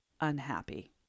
unhappy